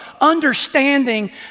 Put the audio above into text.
understanding